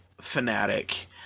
fanatic